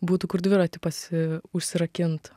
būtų kur dviratį pasi užsirakint